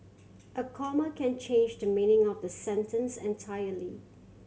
a comma can change the meaning of the sentence entirely